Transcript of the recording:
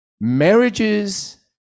Marriages